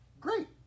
great